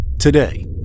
today